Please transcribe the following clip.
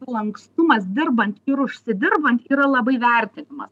lankstumas dirbant ir užsidirbant yra labai vertinimas